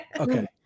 okay